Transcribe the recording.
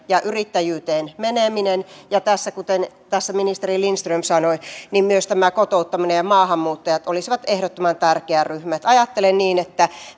ja yrittäjyyteen meneminen tässä kuten ministeri lindström sanoi myös tämä kotouttaminen ja maahanmuuttajat olisivat ehdottoman tärkeä ryhmä ajattelen niin että